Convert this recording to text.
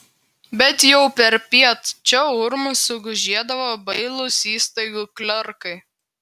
bet jau perpiet čia urmu sugužėdavo bailūs įstaigų klerkai